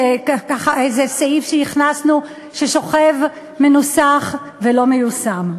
איזה סעיף שהכנסנו ששוכב מנוסח ולא מיושם.